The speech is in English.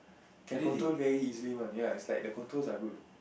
can control very easily one ya it's like the controls are good